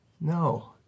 No